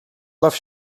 baw